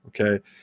okay